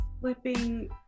flipping